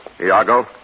Iago